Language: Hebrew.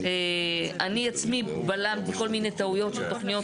אני עצמי בלמתי כל מיני טעויות של תכניות